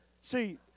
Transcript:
See